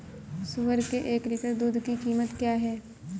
सुअर के एक लीटर दूध की कीमत क्या है?